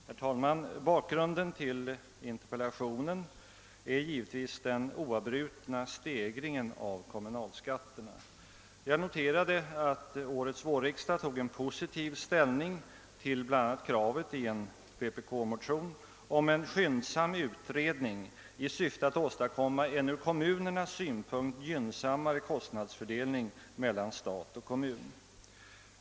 Herr talman! Bakgrunden till min interpellation är givetvis den oavbrutna stegringen av kommunalskatterna. Jag noterade att årets vårriksdag intog en positiv ställning bla. till kravet i en vpk-motion om en skyndsam utredning i syfte att åstadkomma en ur kommunernas synvinkel gynnsammare kostnadsfördelning mellan stat och kommun.